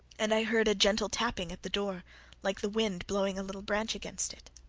and i heard a gentle tapping at the door, like the wind blowing a little branch against it.